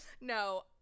No